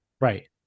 Right